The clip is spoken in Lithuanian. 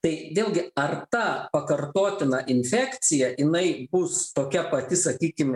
tai vėlgi ar ta pakartotina infekcija jinai bus tokia pati sakykim